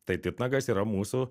tai titnagas yra mūsų